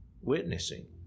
witnessing